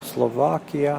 slovakia